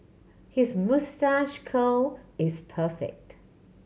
his moustache curl is perfect